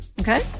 Okay